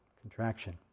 contraction